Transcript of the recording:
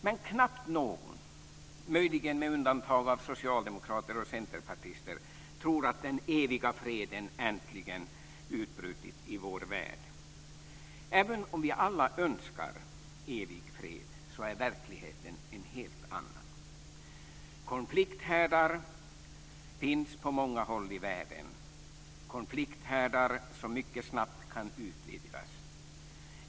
Men knappast någon, möjligen med undantag för socialdemokrater och centerpartister, tror att den eviga freden äntligen utbrutit i vår värld. Även om vi alla önskar evig fred är verkligheten en helt annan. Konflikthärdar finns på många håll i världen, konflikthärdar som mycket snabbt kan utvidgas.